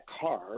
car